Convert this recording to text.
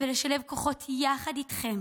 ולשלב כוחות יחד איתכם.